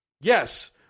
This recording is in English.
yes